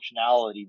functionality